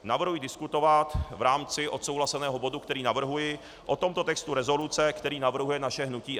Navrhuji diskutovat v rámci odsouhlaseného bodu, který navrhuji, o tomto textu rezoluce, který navrhuje naše hnutí SPD: